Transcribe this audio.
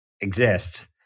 exist